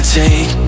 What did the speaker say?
take